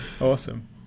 Awesome